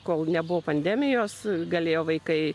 kol nebuvo pandemijos galėjo vaikai